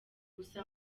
gusa